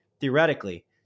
theoretically